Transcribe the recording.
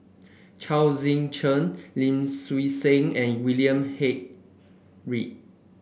Chao Tzee Cheng Lim Swee Say and William Head Read